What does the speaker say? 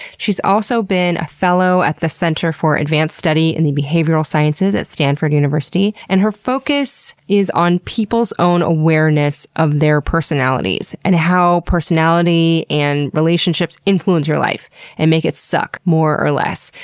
she's also been a fellow at the center for advanced study in the behavioral sciences at stanford university, and her focus is on people's own awareness of their personalities and how personality and relationships influence your life and make it suck more or less.